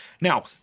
Now